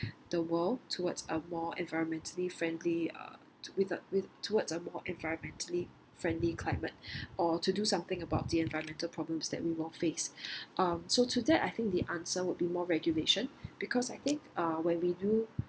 the world towards a more environmentally friendly uh with uh with towards a more environmentally friendly climate or to do something about the environmental problems that we will face um so to that I think the answer would be more regulation because I think uh when we do